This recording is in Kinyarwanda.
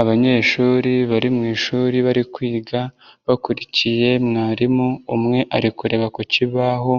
Abanyeshuri bari mu ishuri bari kwiga bakurikiye mwarimu umwe ari kureba ku kibaho